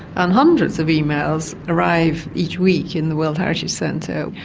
and hundreds of emails arrive each week in the world heritage centre.